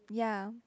ya